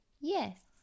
Yes